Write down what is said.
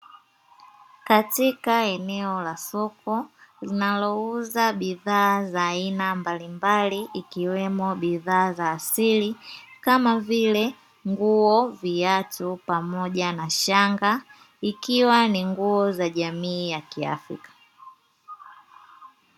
Katika eneo la soko linalouza bidhaa za aina mbalimbali, ikiwemo bidhaa za asili kama vile: nguo, viatu pamoja na Shanga, ikiwa ni nguo za jamii ya kiafrika.